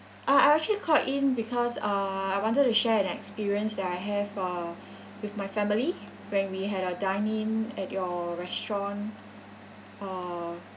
uh I actually called in because uh I wanted to share an experience that I have uh with my family when we had our dine in at your restaurant uh